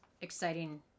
exciting